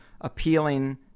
appealing